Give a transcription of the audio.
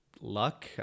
luck